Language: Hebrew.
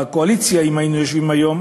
אם היינו יושבים בקואליציה היום,